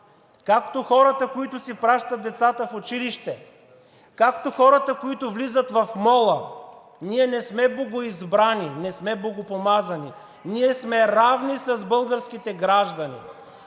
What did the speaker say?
както хората, които си пращат децата в училище, както хората, които влизат в мола. Ние не сме богоизбрани, не сме богопомазани. Ние сме равни с българските граждани.